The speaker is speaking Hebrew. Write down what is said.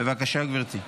בבקשה, גברתי.